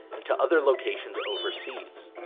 and to other locations overseas.